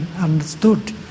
understood